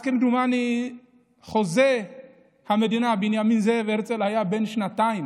אז כמדומני חוזה המדינה בנימין זאב הרצל היה בן שנתיים,